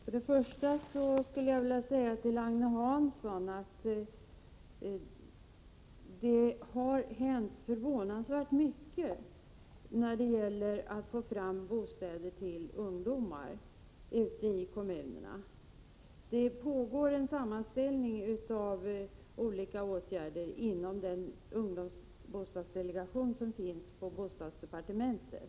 Herr talman! Först skulle jag vilja säga till Agne Hansson att det har hänt 30 maj 1988 förvånansvärt mycket ute i kommunerna då det gällt att få fram bostäder till Anslag till bostadsungdomar. Arbetet med en sammanställning av olika åtgärder pågår inom bidrag m.m. den ungdomsbostadsdelegation som finns på bostadsdepartementet.